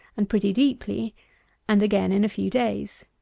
and pretty deeply and again in a few days.